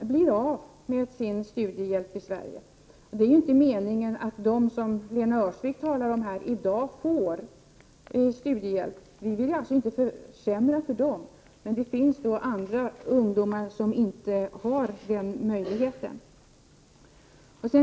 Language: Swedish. blir av med sin studiehjälp i Sverige. Det är inte meningen att försämra för dem som i dag får studiehjälp, som Lena Öhrsvik talar om, men det finns andra ungdomar som inte har denna möjlighet.